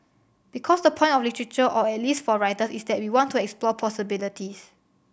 because the point of literature or at least for writers is that we want to explore possibilities